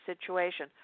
situation